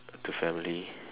to family